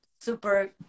super